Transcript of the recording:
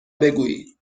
بگویی